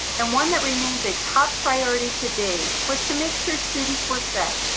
and one that remains a top priority today, was to make sure students were fed.